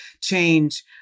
change